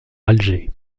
alger